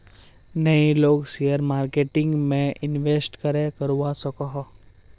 नय लोग share marketing में इंवेस्ट करे करवा सकोहो?